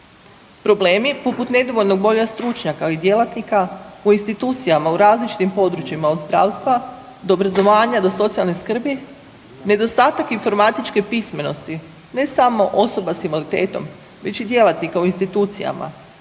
Problemi poput nedovoljnog broja stručnjaka i djelatnika u institucijama u različitim područjima, od zdravstva do obrazovanja do socijalne skrbi, nedostatak informatičke pismenosti, ne samo osoba s invaliditetom, već i djelatnika u institucijama,